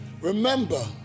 remember